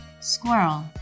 Squirrel